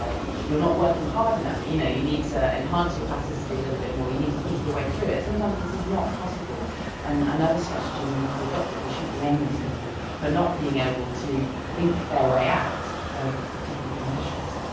ah you're not working hard enough, you know you need to enhance your plasticity a little bit more, you need to think your way through it'? sometimes this is not possible and and other strategies need to be adopted. we shouldn't blame these people for not being able to think their way out of different conditions.